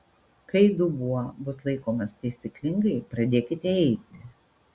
kai dubuo bus laikomas taisyklingai pradėkite eiti